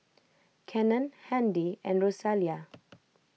Kenan Handy and Rosalia